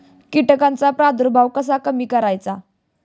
कीटकांचा प्रादुर्भाव कसा कमी करायचा?